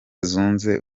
zituwe